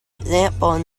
example